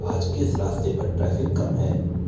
आज किस रास्ते पर ट्रैफिक कम है